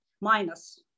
minus